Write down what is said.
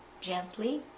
gently